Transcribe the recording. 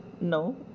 No